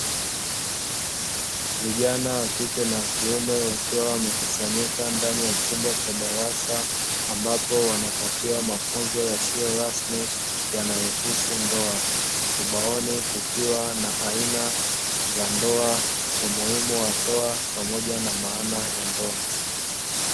Vijana wa kike na wa kiume wakiwa wamekusanyika ndani ya chumba cha darasa, ambapo wanapatiwa mafunzo yasiyo rasmi yanayohusu ndoa. Ubaoni kukiwa na aina za ndoa, umuhimu wa ndoa pamoja na maana ya ndoa.